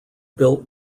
built